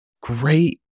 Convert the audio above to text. great